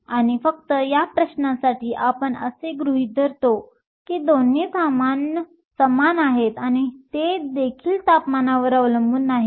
आणि फक्त या प्रश्नासाठी आपण असे गृहीत धरतो की दोन्ही समान आहेत आणि ते देखील तापमानावर अवलंबून नाहीत